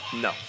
no